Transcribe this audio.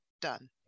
done